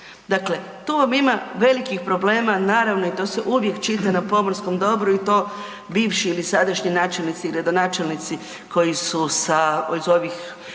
Dakle, to vam ima velikih problema i naravno, i to se uvijek čita na pomorskom dobru i to bivši ili sadašnji načelnici i gradonačelnici koji su sa, iz ovih